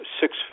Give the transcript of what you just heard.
Six